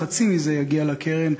חצי מזה יגיע לקרן.